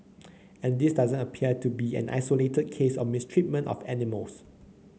and this doesn't appear to be an isolated case of mistreatment of animals